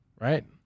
Right